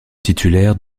titulaire